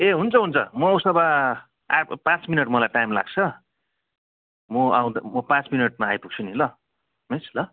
ए हुन्छ हुन्छ म उसो भए आब पाँच मिनट मलाई टाइम लाग्छ म अउँद म पाँच मिनटमा आइपुग्छु नि ल मिस ल